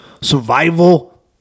survival